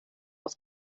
aus